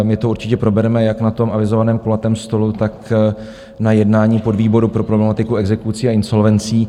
My to určitě probereme jak na tom avizovaném kulatém stolu, tak na jednání podvýboru pro problematiku exekucí a insolvencí.